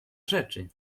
rzeczy